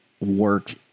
work